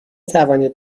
توانید